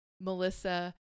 Melissa